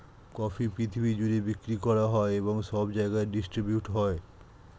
coffee পৃথিবী জুড়ে বিক্রি করা হয় এবং সব জায়গায় ডিস্ট্রিবিউট হয়